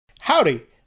Howdy